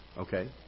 Okay